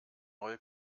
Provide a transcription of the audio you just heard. neue